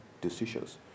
decisions